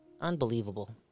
Unbelievable